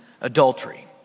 adultery